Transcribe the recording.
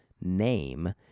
name